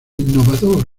innovador